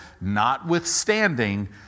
notwithstanding